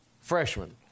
freshman